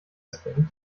spending